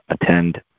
attend